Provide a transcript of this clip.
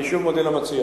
אני שוב מודה למציע.